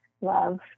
love